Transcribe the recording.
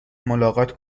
ملاقات